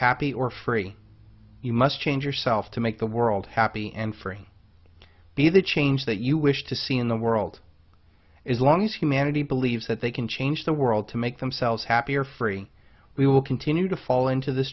happy or free you must change yourself to make the world happy and free be the change that you wish to see in the world is long as humanity believes that they can change the world to make themselves happy or free we will continue to fall into th